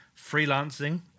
freelancing